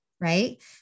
right